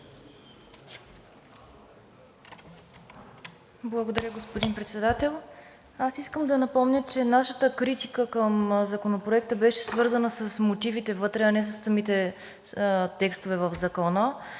Благодаря, господин Председател. Искам да напомня, че нашата критика към Законопроекта беше свързана с мотивите вътре, а не със самите текстове в Закона.